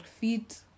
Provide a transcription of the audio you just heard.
feet